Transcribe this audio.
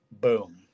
boom